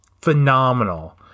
phenomenal